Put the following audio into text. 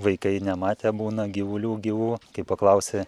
vaikai nematę būna gyvulių gyvų kai paklausi